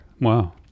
Wow